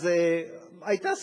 אז היתה סערה.